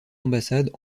ambassades